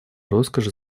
роскошь